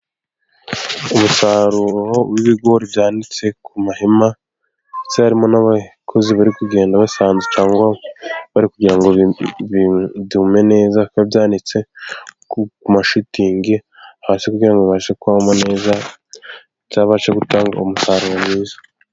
Umusaruro w'ibigori byanitse ku mahema, ndetse harimo n'abakozi bari kugenda basanza cyangwa bari kugira ngo byume neza, kuko byanitse ku mashitingi, hasi kugira ngo bibashe kuma neza, bizabashe gutanga umusaruro mwiza.